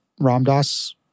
Ramdas